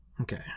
Okay